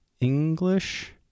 English